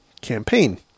campaign